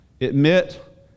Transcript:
Admit